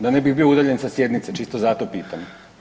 Da ne bih bio udaljen sa sjednice, čisto zato pitam.